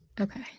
Okay